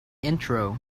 intro